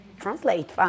translate